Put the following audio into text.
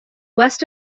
west